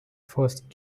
first